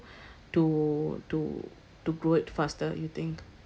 to to to grow it faster you think